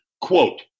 Quote